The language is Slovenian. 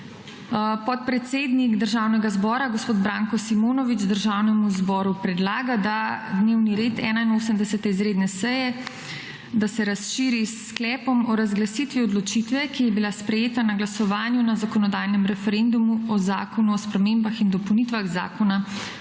Podpredsednik Državnega zbora Branko Simonovič Državnemu zboru predlaga, da se dnevni red 81. izredne seje razširi s Sklepom o razglasitvi odločitve, ki je bila sprejeta na glasovanju na zakonodajnem referendumu o Zakonu o spremembah in dopolnitvah Zakona